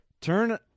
turn